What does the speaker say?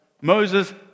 Moses